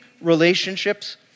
relationships